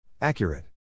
Accurate